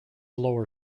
lower